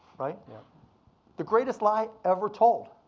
yeah the greatest lie ever told,